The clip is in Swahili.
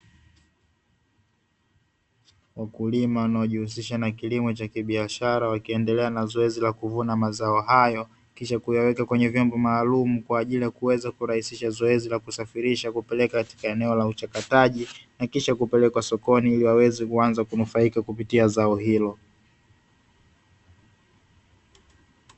Wakulima wanaojihusisha na kilimo cha kibiashara wakiendelea na zoezi la kuvuna mazao hayo, kisha kuyaweka kwenye vyombo maalumu kwa ajili ya kuweza kurahisisha zoezi la kusafirisha kupeleka katika eneo la uchakataji, na kisha kupelekwa sokoni ili waweze kuanza kunufaika kupitia zao hilo.